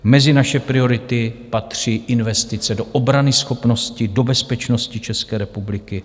Mezi naše priority patří investice do obranyschopnosti, do bezpečnosti České republiky.